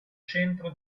centro